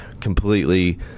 completely